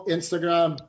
Instagram